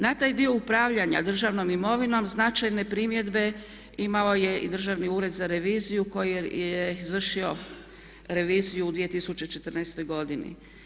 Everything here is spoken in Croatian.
Na taj dio upravljanja državnom imovinom značajne primjedbe imo je i državni ured za reviziju koji je izvršio reviziju u 2014. godini.